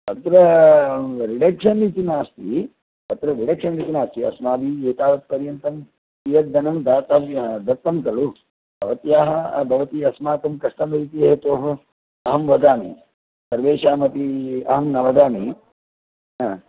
अत्र रिडक्षन् इति नास्ति अत्र रिडक्षन् इति नास्ति अस्माभिः एतावत् पर्यन्तं कियत् धनं दातव्य दत्तं खलु भवत्याः भवति अस्माकं कस्टमर् इति हेतोः अहं वदामि सर्वेषामपि अहं न वदामि हा